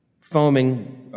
foaming